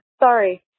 sorry